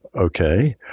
Okay